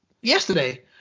yesterday